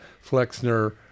Flexner